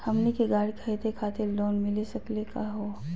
हमनी के गाड़ी खरीदै खातिर लोन मिली सकली का हो?